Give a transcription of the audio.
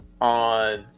on